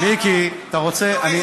מיקי, אתה רוצה,